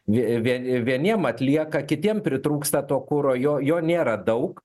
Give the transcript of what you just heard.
jie vien vieniem atlieka kitiem pritrūksta to kuro jo jo nėra daug